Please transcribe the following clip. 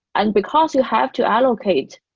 and because you have to allocate,